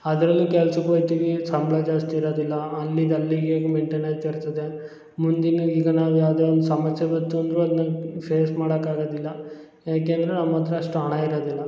ಅದರಲ್ಲೂ ಕೆಲ್ಸಕ್ಕೆ ಹೊಯ್ತಿವೀ ಸಂಬಳ ಜಾಸ್ತಿ ಇರದಿಲ್ಲ ಅಲ್ಲಿದ ಅಲ್ಲಿಗೆ ಮೈಂಟೇನ್ ಆಯ್ತಾ ಇರ್ತದೆ ಮುಂದೆ ಇನ್ನ ಈಗ ನಾವು ಯಾವುದೇ ಒಂದು ಸಮಸ್ಯೆ ಬಂತು ಅಂದರೂ ಅದನ್ನ ಫೇಸ್ ಮಾಡಕ್ಕಾಗದಿಲ್ಲ ಯಾಕೆಂದರೆ ನಮ್ಮ ಹತ್ರ ಅಷ್ಟು ಹಣ ಇರೋದಿಲ್ಲ